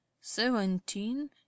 seventeen